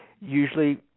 Usually